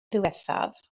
ddiwethaf